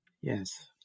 Yes